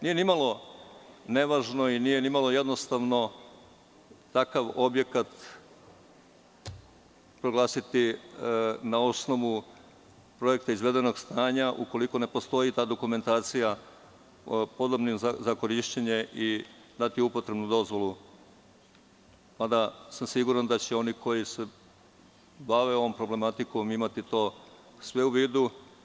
Nije ni malo nevažno i nije ni malo jednostavno takav objekat proglasiti na osnovu projekta izvedenog stanja, ukoliko ne postoji ta dokumentacija, dati upotrebnu dozvolu, mada sam siguran da će, oni koji se bave ovom problematikom, imati to sve u vidu.